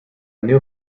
new